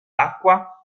acqua